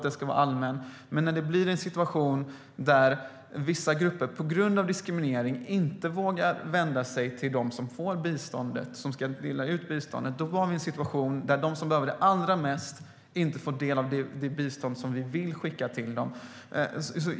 Det ska vara allmänt, men när det uppstår en situation där vissa grupper på grund av diskriminering inte vågar vända sig till dem som ska dela ut biståndet, då har vi en situation där de som behöver biståndet allra mest inte får del av det som vi vill skicka till dem.